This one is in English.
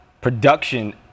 production